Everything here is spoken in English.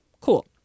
Cool